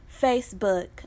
facebook